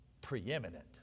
preeminent